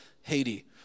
Haiti